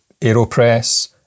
AeroPress